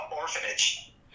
orphanage